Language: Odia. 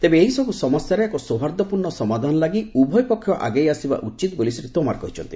ତେବେ ଏହିସବୁ ସମସ୍ୟାର ଏକ ସୌହାର୍ଦ୍ଦପୂର୍ଣ୍ଣ ସମାଧାନ ଲାଗି ଉଭୟ ପକ୍ଷ ଆଗେଇ ଆସିବା ଉଚିତ୍ ବୋଲି ଶ୍ରୀ ତୋମାର କହିଛନ୍ତି